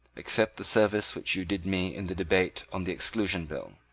except the service which you did me in the debate on the exclusion bill.